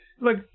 Look